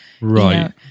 right